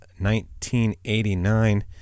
1989